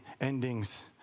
endings